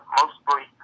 mostly